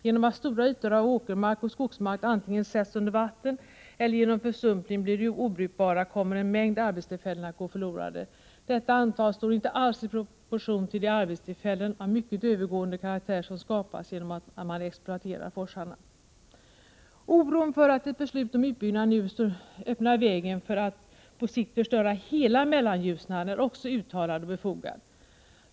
Genom att stora ytor av åkermark och skogsmark antingen sätts under vatten eller genom försumpning blir obrukbara kommer en mängd arbetstillfällen att gå förlorade. Detta antal står inte alls i proportion till det antal arbetstillfällen av mycket övergående karaktär som skapas genom att man exploaterar forsarna. Oron för att ett beslut om utbyggnad nu öppnar vägen för att man på sikt förstör hela Mellanljusnan är också uttalad och befogad.